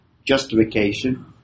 justification